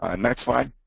ah next slide.